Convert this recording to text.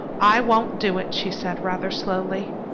i won't do it, she said rather slowly,